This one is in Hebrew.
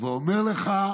ואומר לך:"